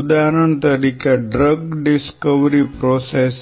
ઉદાહરણ તરીકે drug discovery process